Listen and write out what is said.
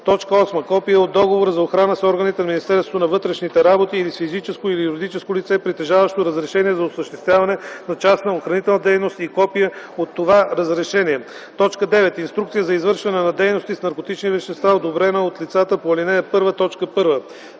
34; 8. копие от договора за охрана с органите на Министерството на вътрешните работи или с физическо или юридическо лице, притежаващо разрешение за осъществяване на частна охранителна дейност, и копие от това разрешение; 9. инструкция за извършване на дейности с наркотични вещества, одобрена от лицата по ал. 1,